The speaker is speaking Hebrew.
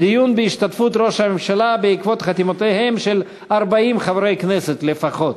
דיון בהשתתפות ראש הממשלה בעקבות חתימותיהם של 40 חברי כנסת לפחות.